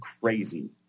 crazy